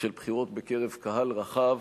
של בחירות בקרב קהל רחב,